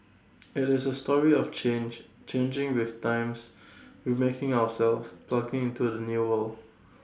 IT is A story of change changing with times remaking ourselves plugging into the new world